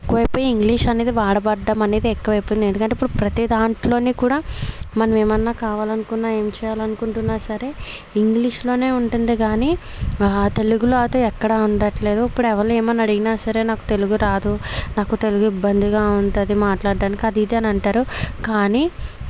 తక్కువైపోయి English అనేది వాడబడడం అనేది ఎక్కువ అయిపోయింది ఎందుకంటే ఇప్పుడు ప్రతి దాంట్లోని కూడా మనం ఎమన్నా కావాలనుకున్న ఏం చేయాలనుకుంటున్నా సరే ఇంగ్లీష్లోనే ఉంటుంది కానీ తెలుగులో అయితే ఎక్కడ ఉండట్లేదు ఇప్పుడు ఎవలని ఏమన్నా అడిగినా సరే నాకు తెలుగు రాదు నాకు తెలుగు ఇబ్బందిగా ఉంటుంది మాట్లాడడానికి అది ఇది అంటారు కానీ తెలుగు